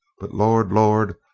but lord, lord,